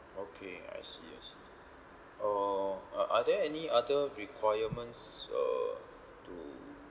okay I see I see uh a~ are there any other requirements uh to